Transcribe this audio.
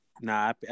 Nah